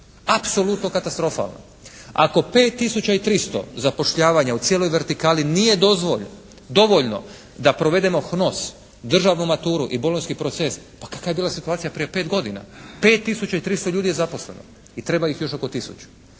apsolutno katastrofalna. Ako 5 tisuća i 300 zapošljavanja u cijeloj vertikali nije dovoljno da provedemo HNOS, državnu maturu i Bolonjski proces pa kakva je bila situacija prije 5 godina. 5 tisuća i 300 ljudi je zaposleno i treba ih još oko tisuću.